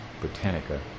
Britannica